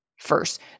first